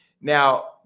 Now